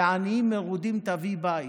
ועניים מרודים תביא בית,